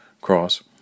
cross